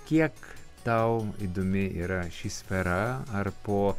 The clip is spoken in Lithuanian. kiek tau įdomi yra ši sfera ar po